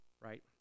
right